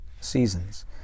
seasons